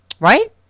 Right